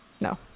No